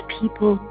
people